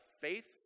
faith